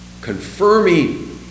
confirming